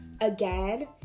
again